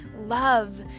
love